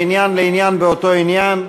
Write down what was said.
מעניין לעניין באותו עניין,